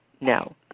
No